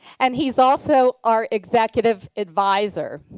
and he's also our executive advisor.